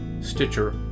Stitcher